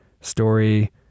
story